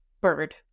bird